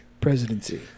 presidency